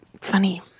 funny